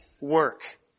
work